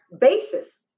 basis